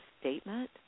statement